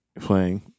playing